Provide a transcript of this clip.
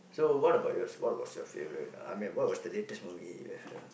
so what about yours what was your favourite I mean was what the latest movie